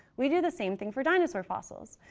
we do the same thing for dinosaur fossils.